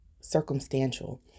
circumstantial